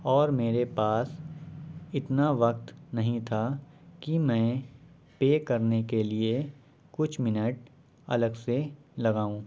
اور میرے پاس اتنا وقت نہیں تھا کہ میں پے کرنے کے لیے کچھ منٹ الگ سے لگاؤں